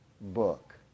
book